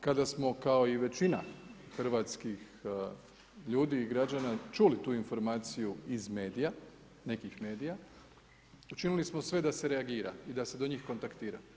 Kada smo kao i većina hrvatskih ljudi i građana čuli tu informaciju iz medija, nekih medija, učinili smo sve da se reagira i da se do njih kontaktira.